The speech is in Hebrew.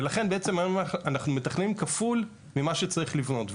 ולכן בעצם היום אנחנו מתכננים כפול ממה שצריך לבנות.